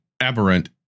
Aberrant